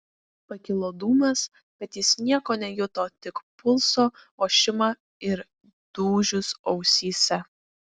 pakilo dūmas bet jis nieko nejuto tik pulso ošimą ir dūžius ausyse